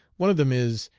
one of them is,